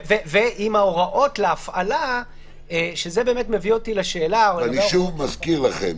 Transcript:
ועם ההוראות להפעלה --- אני שוב מזכיר לכם,